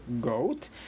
goat